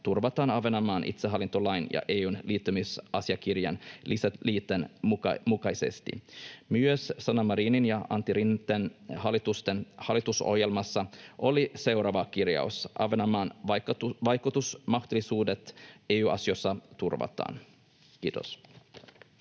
turvataan Ahvenanmaan itsehallintolain ja EU:n liittymisasiakirjan lisäliitteen mukaisesti. Myös Sanna Marinin ja Antti Rinteen hallitusten hallitusohjelmassa oli seuraava kirjaus: ”Ahvenanmaan vaikutusmahdollisuudet EU-asioissa turvataan.” — Kiitos.